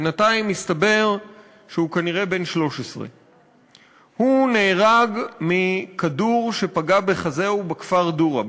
בינתיים הסתבר שהוא כנראה בן 13. הוא נהרג מכדור שפגע בחזהו בכפר דורא,